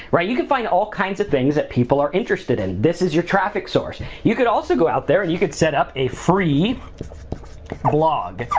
right? you can find all kinds of things that people are interested in. this is your traffic source. you could also go out there and you can set up a free blog,